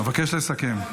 אבקש לסכם.